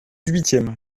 huitième